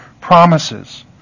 promises